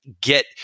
get